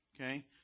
Okay